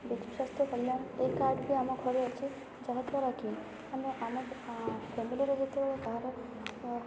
ବିଜୁ ସ୍ୱାସ୍ଥ୍ୟ କଲ୍ୟାଣ ଏ କାର୍ଡ଼୍ଟି ଆମ ଘରେ ଅଛି ଯାହା ଦ୍ୱାରା କି ଆମେ ଆମ ଫ୍ୟାମିଲିରେ ଯେତେବେଳେ ଯାହାର